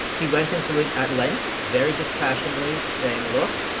he went into it at length, very dispassionately, saying look,